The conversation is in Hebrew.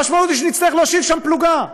המשמעות היא שנצטרך להושיב שם פלוגה.